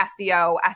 SEO